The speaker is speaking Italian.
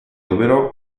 operò